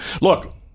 Look